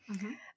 Okay